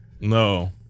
No